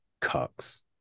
Cucks